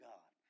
God